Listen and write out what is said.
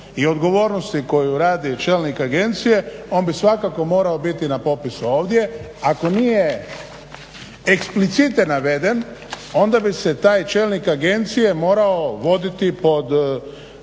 i odgovornosti koju radi čelnik agencije on bi svakako morao biti na popisu ovdje ako nije eksplicite naveden onda bi se taj čelnik agencije morao voditi pod